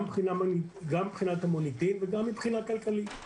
גם מבחינת המוניטין וגם מבחינה כלכלית.